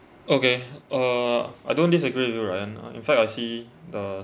okay uh I don't disagree with you ryan uh in fact I see the